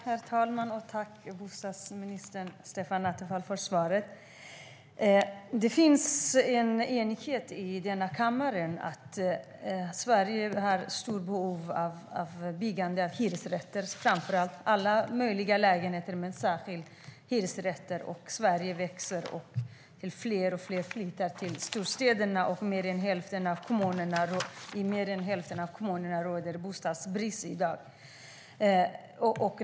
Herr talman! Tack, bostadsminister Stefan Attefall, för svaret! Det finns en enighet i denna kammare om att det i Sverige finns ett stort behov av att bygga hyresrätter, alla möjliga lägenheter men särskilt hyresrätter. Sverige växer, och fler och fler flyttar till storstäderna. I mer än hälften av kommunerna råder bostadsbrist i dag.